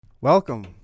Welcome